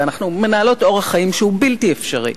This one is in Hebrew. הרי אנחנו מנהלות אורח חיים שהוא בלתי אפשרי,